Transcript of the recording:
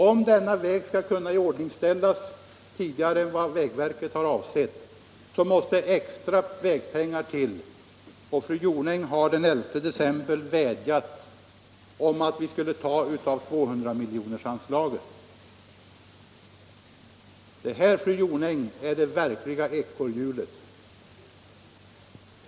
Om denna väg skall kunna iordningställas tidigare än vad vägverket har avsett, måste extra vägpengar komma till, och fru Jonäng har ju den 11 december vädjat om att vi skulle ta pengarna ur 200-miljonersanslaget. Det här, fru Jonäng, är det verkliga ekorrhjulet!